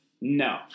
No